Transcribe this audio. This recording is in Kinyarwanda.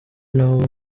nawo